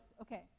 Okay